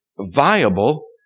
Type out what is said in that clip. viable